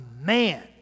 man